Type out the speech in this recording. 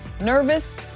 Nervous